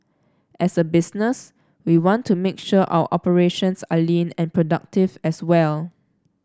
as a business we want to make sure our operations are lean and productive as well